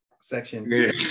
section